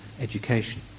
education